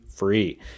Free